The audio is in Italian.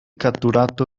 catturato